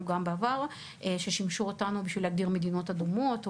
גם בעבר וששימשו אותנו בשביל להגדיר מדינות אדומות,